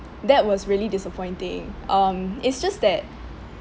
that was really disappointing um it's just that